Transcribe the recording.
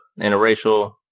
interracial